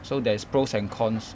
so there's pros and cons